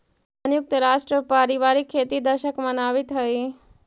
संयुक्त राष्ट्र पारिवारिक खेती दशक मनावित हइ